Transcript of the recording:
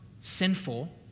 sinful